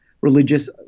Religious